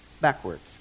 backwards